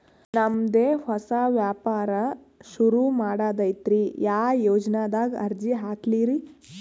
ನಮ್ ದೆ ಹೊಸಾ ವ್ಯಾಪಾರ ಸುರು ಮಾಡದೈತ್ರಿ, ಯಾ ಯೊಜನಾದಾಗ ಅರ್ಜಿ ಹಾಕ್ಲಿ ರಿ?